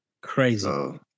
crazy